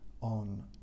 on